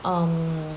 um